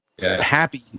Happy